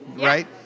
Right